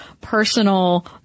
personal